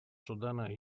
судана